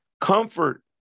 Comfort